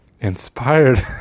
inspired